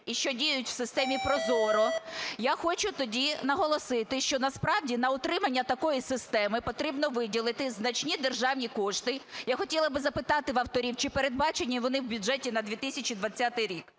і що діють в системі ProZorro, я хочу тоді наголосити, що насправді на утримання такої системи потрібно виділити значні державні кошти. Я хотіла би запитати у авторів, чи передбачені вони в бюджеті на 2020 рік?